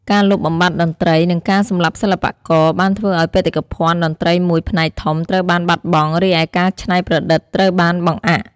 ការលុបបំបាត់តន្ត្រី និងការសម្លាប់សិល្បករ បានធ្វើឱ្យបេតិកភណ្ឌតន្ត្រីមួយផ្នែកធំត្រូវបានបាត់បង់ រីឯការច្នៃប្រឌិតត្រូវបានបង្អាក់។